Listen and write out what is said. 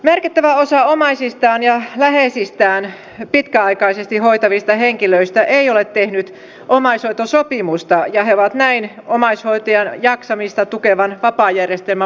merkittävä osa omaisiaan ja läheisiään pitkäaikaisesti hoitavista henkilöistä ei ole tehnyt omaishoitosopimusta ja he ovat näin omaishoitajan jaksamista tukevan vapaajärjestelmän ulkopuolella